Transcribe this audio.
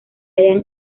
hallan